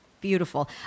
Beautiful